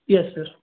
yes sir